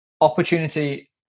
opportunity